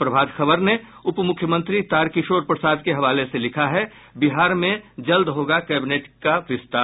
प्रभात खबर ने उपमुख्यमंत्री तार किशोर प्रसाद के हवाले से लिखा है बिहार में जल्द होगा कैबिनेट के विस्तार